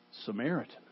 Samaritan